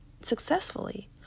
successfully